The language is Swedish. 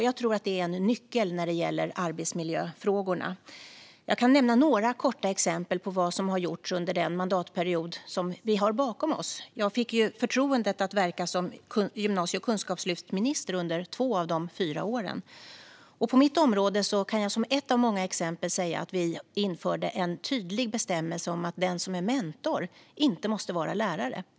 Jag tror att det är en nyckel när det gäller arbetsmiljöfrågorna. Jag kan nämna några korta exempel på vad som har gjorts under den mandatperiod som vi har bakom oss. Jag fick ju förtroendet att verka som gymnasie och kunskapslyftsminister under två av de fyra åren. På mitt område kan jag nämna ett av många exempel: Vi införde en tydlig bestämmelse om att den som är mentor inte måste vara lärare.